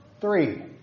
Three